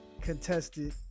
contested